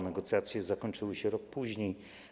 Negocjacje zakończyły się rok później.